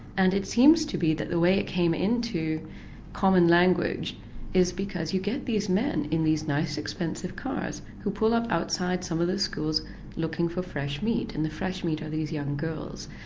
and it seems to be that the way it came into common language is because you get these men in these nice expensive cars who pull up outside some of the schools looking for fresh meat, and fresh meat are these young girls.